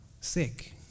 sick